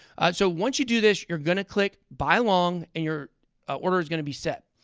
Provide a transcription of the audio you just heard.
so once you do this, you're going to click buy long, and your order is going to be set.